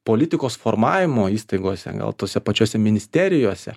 politikos formavimo įstaigose gal tose pačiose ministerijose